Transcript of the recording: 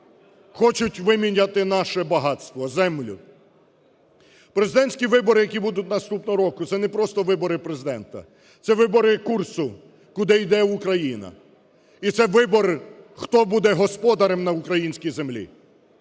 хочуть виміняти наше багатство – землю. Президентські вибори, які будуть наступного року, це не просто вибори Президента, це вибори курсу, куди йде Україна, і це вибори, хто буде господарем на українській землі.